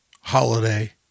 holiday